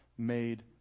made